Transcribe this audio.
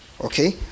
okay